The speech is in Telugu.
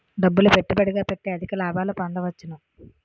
డబ్బులు పెట్టుబడిగా పెట్టి అధిక లాభాలు పొందవచ్చును